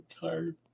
tired